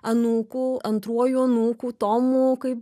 anūku antruoju anūku tomu kaip